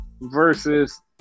versus